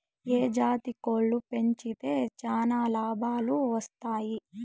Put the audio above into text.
ఏ జాతి కోళ్లు పెంచితే చానా లాభాలు వస్తాయి?